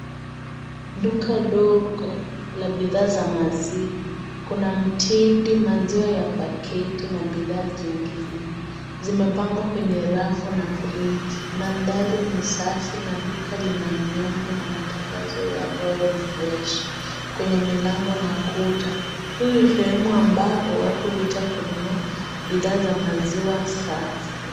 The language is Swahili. Duka ndogo la bidhaa za maziwa, kuna mtindi maziwa ya pakiti na bidhaa zingine zimepangwa kwenye rafu na friji. Mandhari ni safi na duka Lina nembo na matangazo ya royal fresh kwenye mlango na kuta. Hii ni Sehemu ambapo watu huja kununua bidhaa za maziwa safi.